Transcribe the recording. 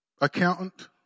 accountant